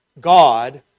God